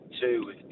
two